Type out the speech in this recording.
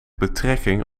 betrekking